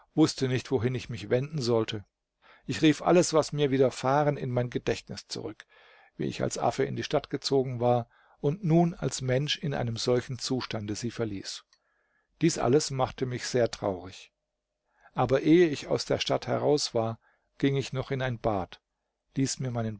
wußte nicht wohin ich mich wenden sollte ich rief alles was mir widerfahren in mein gedächtnis zurück wie ich als affe in die stadt gezogen war und nun als mensch in einem solchen zustande sie verließ dies alles machte mich sehr traurig aber ehe ich aus der stadt heraus war ging ich noch in ein bad ließ mir meinen